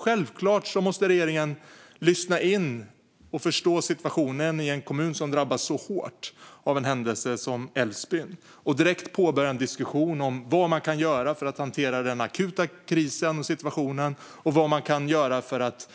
Självfallet måste regeringen lyssna in och förstå situationen i en kommun som drabbas så hårt av en händelse som Älvsbyn och direkt påbörja en diskussion om vad man kan göra för att hantera den akuta krisen och situationen och vad man kan göra för att